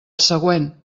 següent